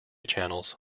channels